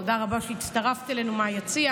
תודה רבה שהצטרפת אלינו מהיציע.